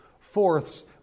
fourths